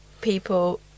people